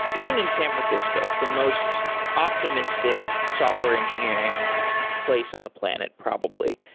even in san francisco, the most optimistic software engineering place on the planet probably,